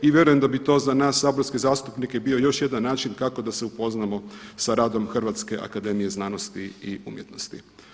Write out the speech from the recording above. I vjerujem da bi to za nas saborske zastupnike bio još jedan način kako da se upoznamo sa radom Hrvatske akademije znanosti i umjetnosti.